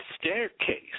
staircase